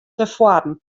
tefoaren